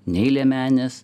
nei liemenės